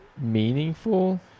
Meaningful